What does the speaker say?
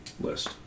list